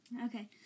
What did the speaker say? Okay